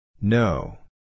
No